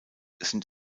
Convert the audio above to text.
sind